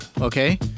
Okay